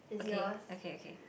okay okay okay